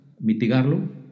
mitigarlo